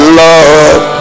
love